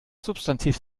substantiv